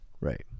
Right